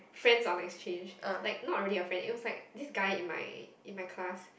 friends on exchange like not really a friend it was like this guy in my in my class